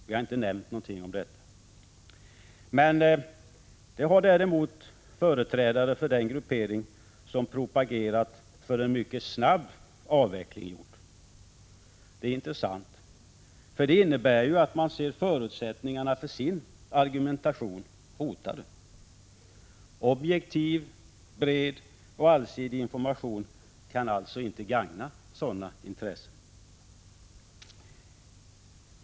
Vi har inte nämnt någonting om det. Det har däremot företrädare för den gruppering som propagerat för en mycket snabb avveckling gjort. Detta är intressant, för det innebär ju att man ser förutsättningarna för sin argumentation hotad. Objektiv, bred och allsidig information kan alltså inte gagna sådana intressen.